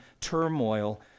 turmoil